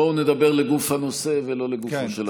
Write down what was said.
בואו נדבר לגוף הנושא ולא לגופו של אדם.